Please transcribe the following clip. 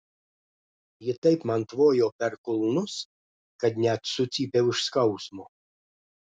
ji taip man tvojo per kulnus kad net sucypiau iš skausmo